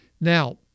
Now